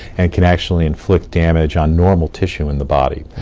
and can actually inflict damage on normal tissue in the body.